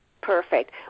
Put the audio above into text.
Perfect